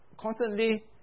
constantly